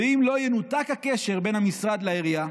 ואם לא, ינותק הקשר בין המשרד לעירייה.